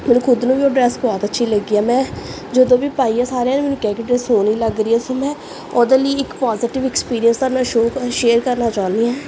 ਮੈਨੂੰ ਖੁਦ ਨੂੰ ਵੀ ਉਹ ਡਰੈਸ ਬਹੁਤ ਅੱਛੀ ਲੱਗੀ ਆ ਮੈਂ ਜਦੋਂ ਵੀ ਪਾਈ ਆ ਸਾਰਿਆਂ ਨੇ ਮੈਨੂੰ ਕਿਹਾ ਕਿ ਡਰੈਸ ਸੋਹਣੀ ਲੱਗ ਰਹੀ ਸੀ ਮੈਂ ਉਹਦੇ ਲਈ ਇੱਕ ਪੋਜੀਟਿਵ ਐਕਸਪੀਰੀਅਸ ਤਾਂ ਮੈਂ ਸ਼ੋ ਸ਼ੇਅਰ ਕਰਨਾ ਚਾਹੁੰਦੀ ਹਾਂ